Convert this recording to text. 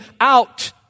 out